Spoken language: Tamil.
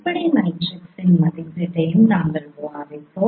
அடிப்படை மேட்ரிக்ஸின் மதிப்பீட்டையும் நாங்கள் விவாதித்தோம்